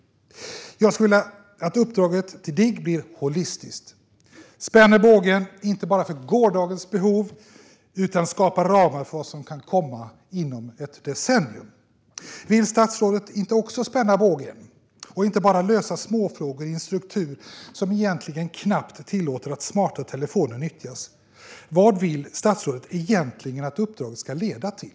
Jag skulle vilja att uppdraget till Digg blev holistiskt och inte bara spände bågen för gårdagens behov utan skapade ramar för vad som kan komma inom ett decennium. Vill inte också statsrådet spänna bågen och inte enbart lösa småfrågor i en struktur som egentligen knappt tillåter att smarta telefoner nyttjas? Vad vill statsrådet egentligen att uppdraget ska leda till?